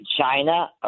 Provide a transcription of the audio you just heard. China